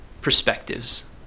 perspectives